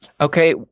Okay